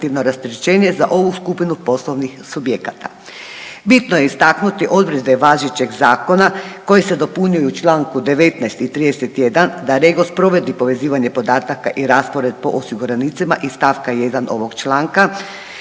za ovu skupinu poslovnih subjekata. Bitno je istaknuti odredbe važećeg zakona koje se dopunjuju u čl. 19 i 31 da REGOS provede povezivanje podataka i raspored po osiguranicima iz st. 1 ovog članka